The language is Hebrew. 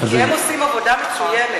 כי הם עושים עבודה מצוינת.